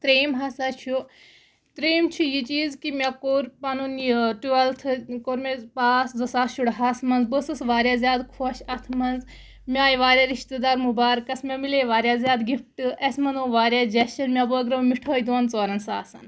ترٛیم ہَسا چھُ ترٛیم چھِ یہِ چیٖز کہِ مےٚ کوٚر پَنُن یہِ ٹُویلتھٕ کوٚر مےٚ پاس زٕ ساس شُرہَس منٛز بہٕ ٲسٕس واریاہ زیادٕ خۄش اَتھ منٛز مےٚ آے واریاہ رِشتہٕ دار مُبارکَس مےٚ مِلے واریاہ زیادٕ گِفٹہٕ اَسہِ مَنوو واریاہ جَشٕن مےٚ بٲگرٲو مِٹھٲے دۄن ژۄرَن ساسَن